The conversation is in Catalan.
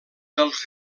dels